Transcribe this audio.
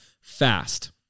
fast